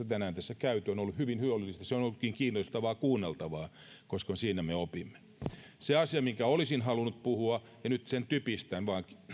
tänään tässä käyneet on ollut hyvin hyödyllistä se on ollutkin kiinnostavaa kuunneltavaa koska siinä me opimme se asia mistä olisin halunnut puhua ja jonka nyt vain typistän